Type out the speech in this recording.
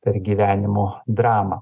per gyvenimo dramą